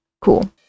Cool